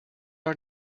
are